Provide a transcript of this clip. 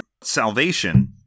Salvation